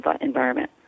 environment